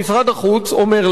אומר סגן שר החוץ,